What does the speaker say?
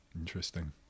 Interesting